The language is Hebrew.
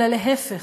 אלא להפך,